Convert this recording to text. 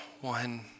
One